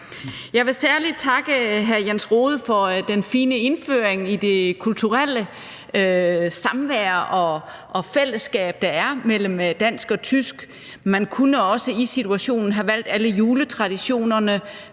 Jeg vil særlig takke hr. Jens Rohde for den fine indføring i det kulturelle samvær og fællesskab, der er mellem dansk og tysk. Man kunne også i situationen have valgt alle juletraditionerne